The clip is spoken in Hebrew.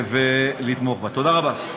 תודה רבה.